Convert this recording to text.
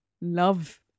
love